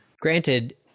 Granted